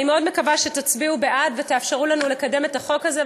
אני מאוד מקווה שתצביעו בעד ותאפשרו לנו לקדם את החוק הזה,